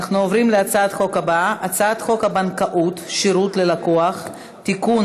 אנחנו עוברים להצבעת החוק הבאה: הצעת חוק הבנקאות (שירות ללקוח) (תיקון,